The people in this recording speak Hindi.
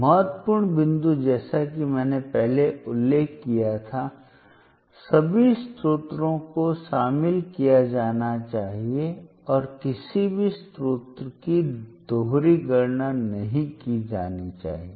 महत्वपूर्ण बिंदु जैसा कि मैंने पहले उल्लेख किया था सभी स्रोतों को शामिल किया जाना चाहिए और किसी भी स्रोत की दोहरी गणना नहीं की जानी चाहिए